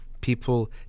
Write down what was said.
people